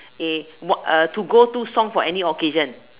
a what uh to go to song for any occasion